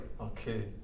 Okay